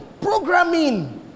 programming